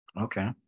okay